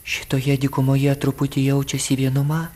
šitoje dykumoje truputį jaučiasi vienuma